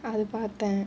அது பாத்தேன்:athu paathaen